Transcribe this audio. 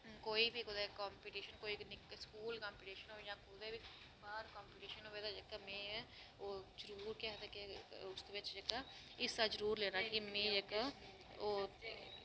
कोई बी कुदै कंपीटिशन स्कूल कंपीटिशन होए जां कुदै बी केह् आखदे केई बारी बिच जेह्का हिस्सा जरूर लैना चाहिदा में जेह्का ओह्